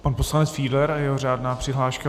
Pan poslanec Fiedler a jeho řádná přihláška.